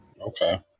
Okay